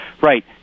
right